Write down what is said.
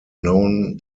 known